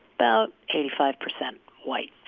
about eighty five percent white